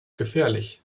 gefährlich